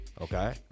okay